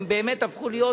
הן באמת הפכו להיות,